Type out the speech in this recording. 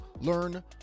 learn